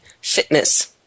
fitness